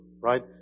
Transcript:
right